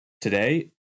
Today